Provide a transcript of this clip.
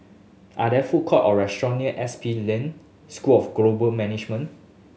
are there food courts or restaurants near S P School of Global Management